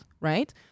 right